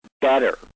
better